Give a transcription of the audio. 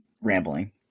rambling